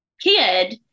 kid